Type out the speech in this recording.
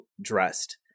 dressed